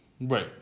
Right